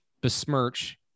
besmirch